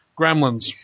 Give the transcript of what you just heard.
Gremlins